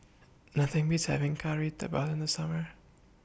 Nothing Beats having Kari Debal in The Summer